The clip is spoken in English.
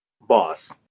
Boss